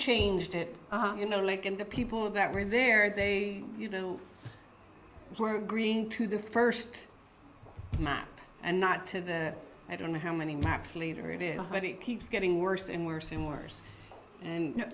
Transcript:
changed it you know like in the people that were in there they you know we're green to the first map and not to the i don't know how many maps later it is but it keeps getting worse and worse and worse and